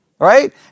Right